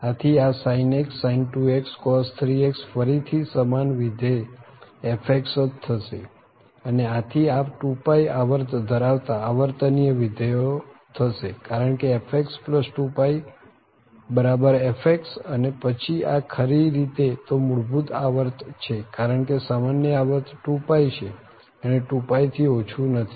આથી આ sin x sin 2x cos 3x ફરી થી સમાન વિધેય fx જ થશે અને આથી આ 2π આવર્ત ધરાવતા આવર્તનીય વિધેયો થશે કારણ કે fx2πf અને પછી આ ખરી રીતે તો મૂળભૂત આવર્ત છે કારણ કે સામાન્ય આવર્ત 2π છે અને 2π થી ઓછું નથી